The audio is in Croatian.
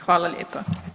Hvala lijepa.